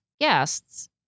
guests